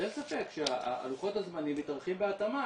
אז אין ספק שלוחות הזמנים מתארכים בהתאמה